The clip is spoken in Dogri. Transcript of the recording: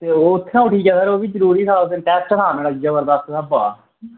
ते ओह् उत्थें उठी गेदा हा ओह् बी जरूरी हा उस दिन टैस्ट हा जबरदस्त स्हाबा दा